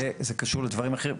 זה קשור לדברים אחרים.